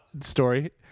story